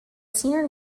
senior